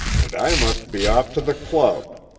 and i must be off to the club,